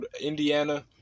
indiana